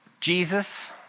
Jesus